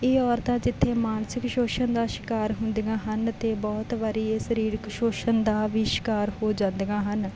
ਇਹ ਔਰਤਾਂ ਜਿੱਥੇ ਮਾਨਸਿਕ ਸ਼ੋਸ਼ਣ ਦਾ ਸ਼ਿਕਾਰ ਹੁੰਦੀਆਂ ਹਨ ਅਤੇ ਬਹੁਤ ਵਾਰੀ ਇਹ ਸਰੀਰਿਕ ਸ਼ੋਸ਼ਣ ਦਾ ਵੀ ਸ਼ਿਕਾਰ ਹੋ ਜਾਂਦੀਆਂ ਹਨ